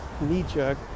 knee-jerk